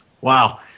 Wow